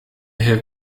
have